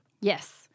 Yes